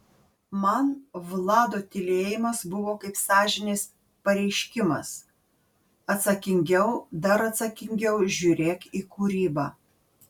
man vlado tylėjimas buvo kaip sąžinės pareiškimas atsakingiau dar atsakingiau žiūrėk į kūrybą